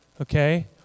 okay